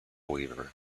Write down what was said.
weaver